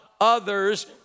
others